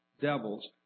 devils